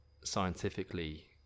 scientifically